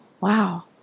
wow